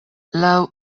laŭ